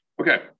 Okay